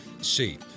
see